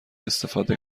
استفاده